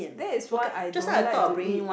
that is why I don't like to eat